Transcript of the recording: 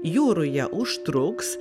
jų ruja užtruks